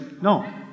no